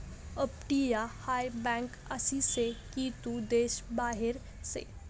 अपटीया हाय बँक आसी से की तू देश बाहेर से